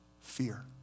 fear